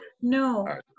no